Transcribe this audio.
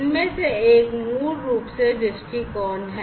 जिनमें से एक मूल रूप से दृष्टिकोण है